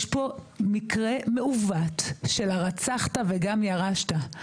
יש פה מקרה מעוות של הרצחת וגם ירשת,